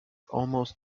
almost